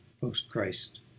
post-Christ